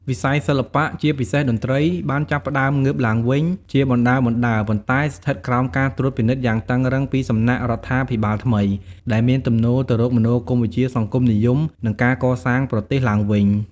វិស័យសិល្បៈ ជាពិសេសតន្ត្រី បានចាប់ផ្ដើមងើបឡើងវិញជាបណ្ដើរៗ ប៉ុន្តែស្ថិតក្រោមការត្រួតពិនិត្យយ៉ាងតឹងរ៉ឹងពីសំណាក់រដ្ឋាភិបាលថ្មី ដែលមានទំនោរទៅរកមនោគមវិជ្ជាសង្គមនិយម និងការកសាងប្រទេសឡើងវិញ។